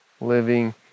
living